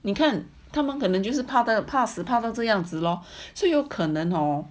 你看他们可能就是怕的怕死怕到这样子 loh 所以有可能 hor